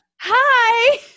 hi